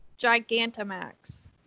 Gigantamax